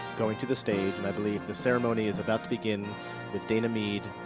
going to the stage, and i believe the ceremony is about to begin with dana mead,